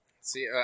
See